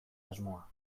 asmoa